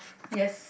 yes